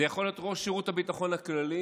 זה יכול להיות ראש שירות הביטחון הכללי,